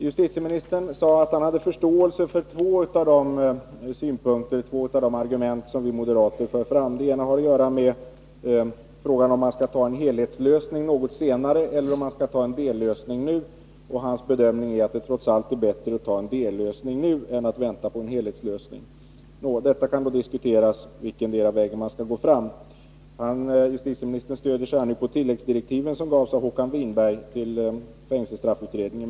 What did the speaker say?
Justitieministern sade att han hade förståelse för två av de argument som vi moderater för fram. Det ena har att göra med huruvida man skall ta en helhetslösning något senare eller en dellösning nu. Justitieministerns bedömning är att det trots allt är bättre att ta en dellösning nu än att vänta på en helhetslösning. Det kan diskuteras vilken väg man skall gå. Justitieministern stöder sig på tilläggsdirektiven som gavs av Håkan Winberg till fängelsestraffkommittén.